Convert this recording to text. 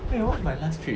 wait what's my last trip